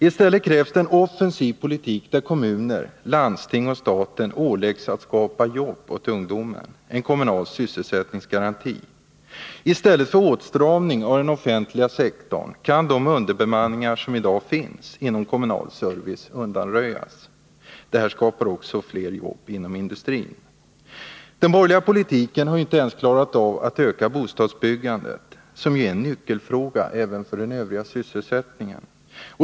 Tvärtom krävs det en offensiv politik, där kommuner, landsting och stat åläggs att skapa jobb åt ungdomen, en kommunal sysselsättningsgaranti. I stället för att strama åt den offentliga sektorn kan man undanröja de underbemanningar som i dag finns inom kommunal service. Det skapar också fler jobb inom industrin. Den borgerliga politiken har inte ens klarat av att öka bostadsbyggandet, som ju är en nyckelfråga även för den övriga sysselsättningen.